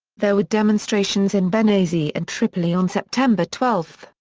there were demonstrations in benghazi and tripoli on september twelve,